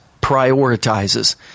prioritizes